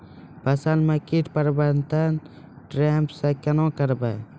फसल म कीट प्रबंधन ट्रेप से केना करबै?